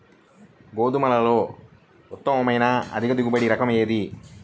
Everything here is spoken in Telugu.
గోధుమలలో ఉత్తమమైన అధిక దిగుబడి రకం ఏది?